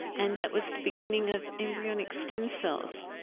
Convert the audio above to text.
and that was the beginning of embryonic stem cells.